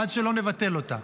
עד שלא נבטל אותה.